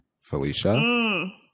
Felicia